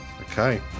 Okay